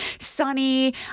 Sunny